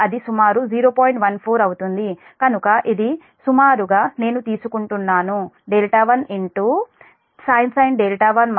14 అవుతుంది కనుక ఇది 3 సుమారుగా నేను తీసుకుంటున్నాను 1sin 1 cos 1 0